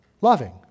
loving